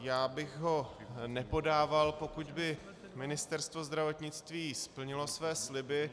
Já bych ho nepodával, pokud by Ministerstvo zdravotnictví splnilo své sliby.